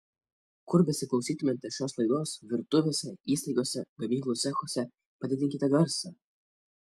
kur besiklausytumėte šios laidos virtuvėse įstaigose gamyklų cechuose padidinkite garsą